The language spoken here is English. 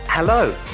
Hello